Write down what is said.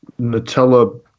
Nutella